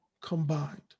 combined